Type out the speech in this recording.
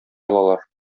алалар